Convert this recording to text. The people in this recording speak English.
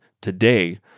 today